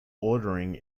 ordering